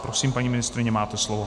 Prosím, paní ministryně, máte slovo.